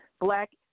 black